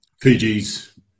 Fiji's